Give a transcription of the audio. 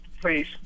please